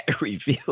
review